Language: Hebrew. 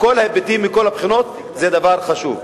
מכל ההיבטים ומכל הבחינות, דבר חשוב.